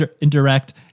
indirect